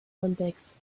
olympics